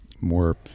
more